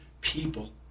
people